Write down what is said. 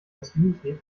jasmintee